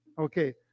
okay